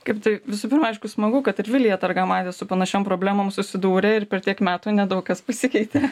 kaip tai visų pirma aišku smagu kad ir vilija targamadzė su panašiom problemom susidūrė ir per tiek metų nedaug kas pasikeitė